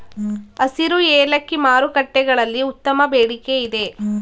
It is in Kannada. ಹಸಿರು ಏಲಕ್ಕಿ ಮಾರುಕಟ್ಟೆಗಳಲ್ಲಿ ಉತ್ತಮ ಬೇಡಿಕೆಯಿದೆ